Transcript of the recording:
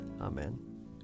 Amen